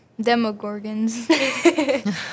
Demogorgons